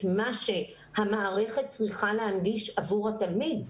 מה שהמערכת צריכה להנגיש עבור התלמיד.